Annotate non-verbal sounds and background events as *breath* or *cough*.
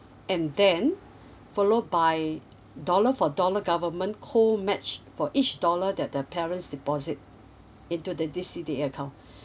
and then follow by dollar for dollar government whole match for each dollar that the parents deposit into the C_D_A account *breath*